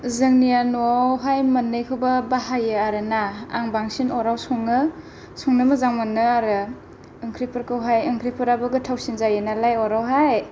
जोंनिया न'आवहाय मोननैखौबो बाहायो आरोना आं बांसिन अरआव सङो संनो मोजां मोनो आरो ओंख्रि फोरखौहाय ओंख्रिफोराबो गोथाव सिन जायो नालाय अर आवहाय